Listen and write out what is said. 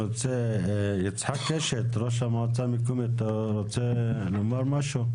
יצחק קשת, ראש המועצה המקומית, רוצה לומר משהו?